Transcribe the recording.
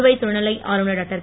புதுவை துணைநிலை ஆளுநர் டாக்டர்